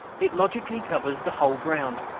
it logically covers the whole ground,